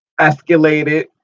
escalated